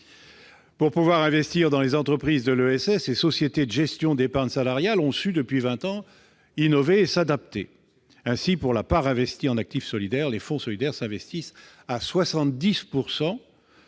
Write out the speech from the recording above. Pour pouvoir investir dans les entreprises de l'ESS, les sociétés de gestion d'épargne salariale ont su, depuis vingt ans, innover et s'adapter. Ainsi, s'agissant de la part investie en actifs solidaires, 70 % des lignes d'investissement des